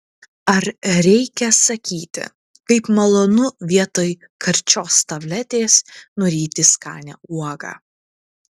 ar reikia sakyti kaip malonu vietoj karčios tabletės nuryti skanią uogą